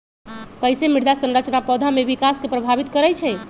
कईसे मृदा संरचना पौधा में विकास के प्रभावित करई छई?